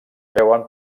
veuen